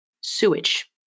Sewage